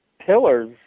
pillars